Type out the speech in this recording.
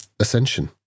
Ascension